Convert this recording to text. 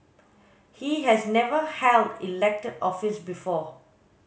he has never held elected office before